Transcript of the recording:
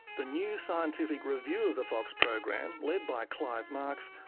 the new scientific review of the fox program, led by clive marks,